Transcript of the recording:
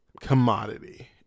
commodity